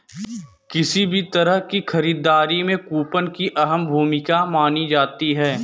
किसी भी तरह की खरीददारी में कूपन की अहम भूमिका मानी जाती है